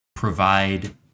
provide